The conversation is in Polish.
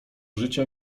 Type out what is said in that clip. życia